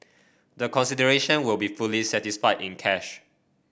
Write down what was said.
the consideration will be fully satisfied in cash